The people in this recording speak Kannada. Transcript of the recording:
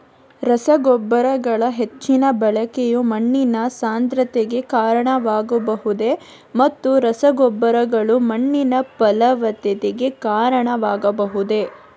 ರಸಗೊಬ್ಬರಗಳ ಹೆಚ್ಚಿನ ಬಳಕೆಯು ಮಣ್ಣಿನ ಸಾಂದ್ರತೆಗೆ ಕಾರಣವಾಗಬಹುದೇ ಮತ್ತು ರಸಗೊಬ್ಬರಗಳು ಮಣ್ಣಿನ ಫಲವತ್ತತೆಗೆ ಕಾರಣವಾಗಬಹುದೇ?